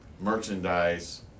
merchandise